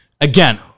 Again